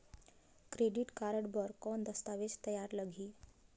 Credit card बर कौन दस्तावेज तैयार लगही?